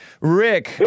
Rick